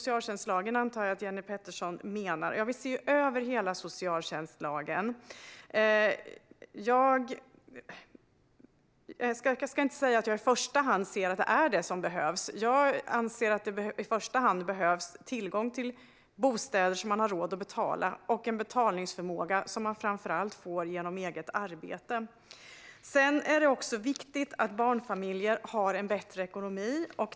Jag antar att Jenny Petersson menar socialtjänstlagen. Vi ser över hela socialtjänstlagen. Jag vill inte säga att det är vad som i första hand behövs, utan det som främst behövs är tillgång till bostäder som människor har råd att betala för samt en betalningsförmåga, som man framför allt får genom eget arbete. Det är även viktigt att barnfamiljer får en bättre ekonomi.